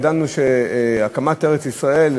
ידענו שהקמת ארץ-ישראל,